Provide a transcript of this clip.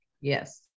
Yes